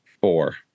Four